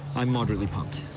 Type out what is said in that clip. i'm moderately pumped.